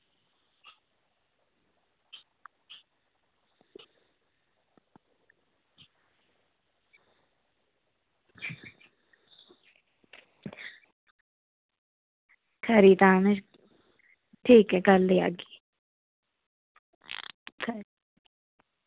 खरी तां में ठीक ऐ कल्ल लेई आह्गी खरी